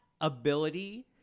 ability